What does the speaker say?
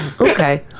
Okay